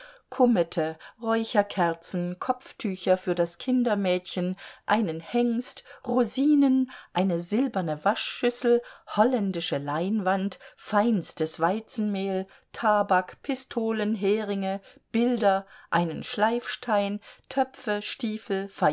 kummete räucherkerzen kopftücher für das kindermädchen einen hengst rosinen eine silberne waschschüssel holländische leinwand feinstes weizenmehl tabak pistolen heringe bilder einen schleifstein töpfe stiefel